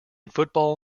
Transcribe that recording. football